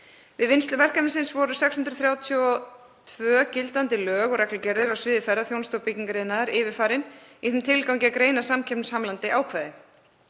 Við vinnslu verkefnisins voru 632 gildandi lög og reglugerðir á sviði ferðaþjónustu og byggingariðnaðar yfirfarin í þeim tilgangi að greina samkeppnishamlandi ákvæði.